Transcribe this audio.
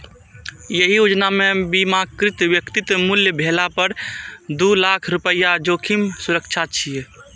एहि योजना मे बीमाकृत व्यक्तिक मृत्यु भेला पर दू लाख रुपैया जोखिम सुरक्षा छै